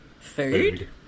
food